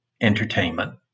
entertainment